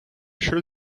sure